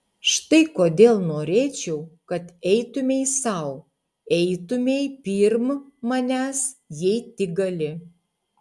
štai kodėl norėčiau kad eitumei sau eitumei pirm manęs jei tik gali